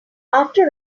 after